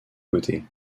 côtés